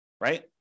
right